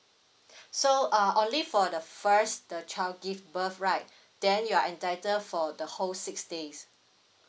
so uh only for the first the child give birth right then you are entitled for the whole six days